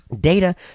data